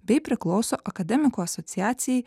bei priklauso akademikų asociacijai